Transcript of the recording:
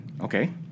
Okay